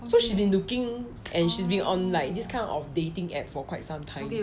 so she's been looking and she's been on like this kind of dating app for quite some time